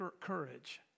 Courage